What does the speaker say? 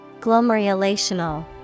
Glomerulational